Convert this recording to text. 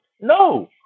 No